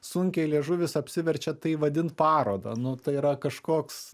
sunkiai liežuvis apsiverčia tai vadint paroda nu tai yra kažkoks